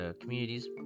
communities